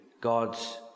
God's